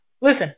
Listen